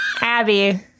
Abby